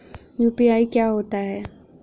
UPI क्या होता है?